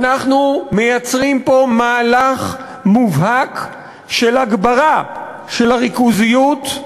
אנחנו מייצרים פה מהלך מובהק של הגברה של הריכוזיות,